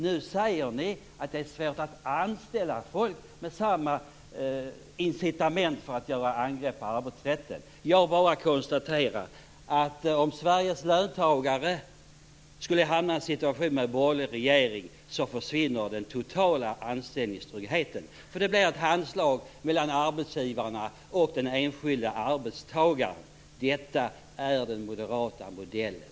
Nu säger Moderaterna att det är svårt att anställa folk, och de använder samma incitament för sina angrepp på arbetsrätten. Jag konstaterar bara att om Sveriges löntagare skulle hamna i en situation med en borgerlig regering försvinner anställningstryggheten helt. Det blir ett handslag mellan arbetsgivarna och den enskilde arbetstagaren. Detta är den moderata modellen.